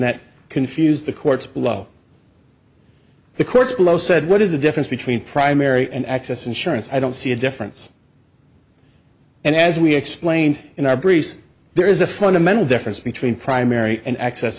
that confused the courts below the courts below said what is the difference between primary and access insurance i don't see a difference and as we explained in our breeze there is a fundamental difference between primary and access